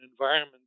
environment